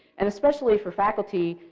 and especially for faculty,